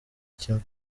kimwe